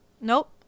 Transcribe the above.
Nope